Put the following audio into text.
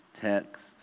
text